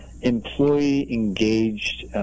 employee-engaged